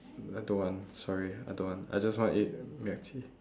I don't want sorry I don't want I just wanna eat